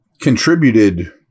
contributed